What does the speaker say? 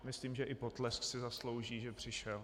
Myslím, že i potlesk si zaslouží, že přišel.